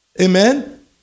Amen